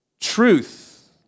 Truth